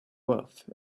worth